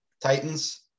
Titans